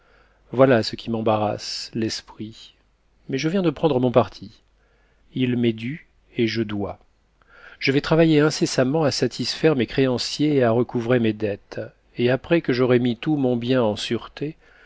voilà ce qui m'embarrasse l'esprit mais je viens de prendre mon parti ii m'est dû et je dois je vais travailler incessamment à satisfaire mes créanciers et à recouvrer mes dettes et après que j'aurai mis tout mon bien en sûreté